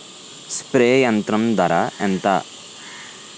Spray యంత్రం ధర ఏంతా?